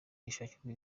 gishakirwe